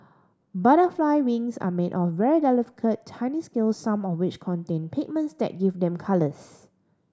butterfly wings are made of very delicate tiny scales some of which contain pigments that give them colours